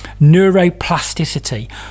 neuroplasticity